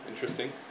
interesting